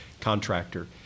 contractor